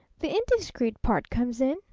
the indiscreet part comes in,